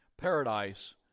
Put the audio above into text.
Paradise